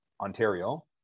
Ontario